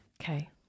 Okay